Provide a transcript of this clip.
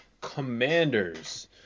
commander's